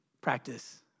practice